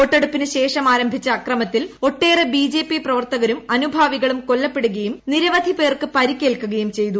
വോട്ടെടുപ്പിന് ശേഷമാരംഭിച്ചു അക്രമത്തിൽ ഒട്ടേറെ ബിജെപി പ്രവർത്തകരും അനുഭാവികളും കൊല്ലപ്പെടുകയും നിരവധി പേർക്ക് പരിക്കേൽക്കുകയും ചെയ്തു